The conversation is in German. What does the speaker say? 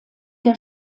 der